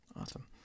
Awesome